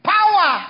Power